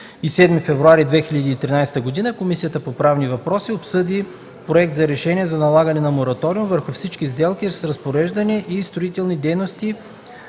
7 февруари 2013 г., Комисията по правни въпроси обсъди Проект за решение за налагане на мораториум върху всички сделки с разпореждане и строителни дейности